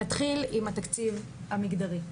נתחיל עם התקציב המגדרי,